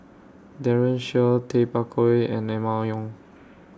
Daren Shiau Tay Bak Koi and Emma Yong